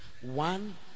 one